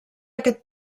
aquest